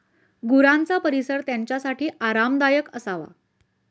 गुरांचा परिसर त्यांच्यासाठी आरामदायक असावा